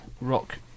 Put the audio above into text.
rock